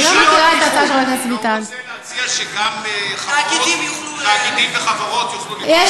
הוא לא רוצה להציע שגם תאגידים וחברות יוכלו לתרום?